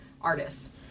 artists